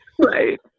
Right